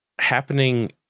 happening